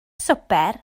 swper